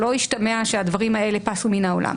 שלא ישתמע שהדברים האלה פסו מן העולם,